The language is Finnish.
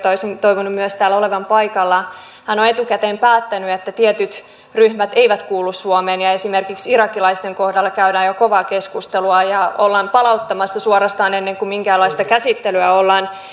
olisin toivonut myös täällä olevan paikalla hän on etukäteen päättänyt että tietyt ryhmät eivät kuulu suomeen ja esimerkiksi irakilaisten kohdalla käydään jo kovaa keskustelua ja ollaan palauttamassa suorastaan ennen kuin minkäänlaista käsittelyä ollaan